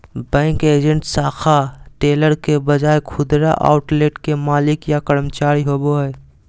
bank agent शाखा teller के बजाय खुदरा आउटलेट के मालिक या कर्मचारी होवो हइ